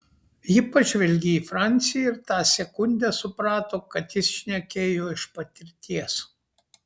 ji pažvelgė į francį ir tą sekundę suprato kad jis šnekėjo iš patirties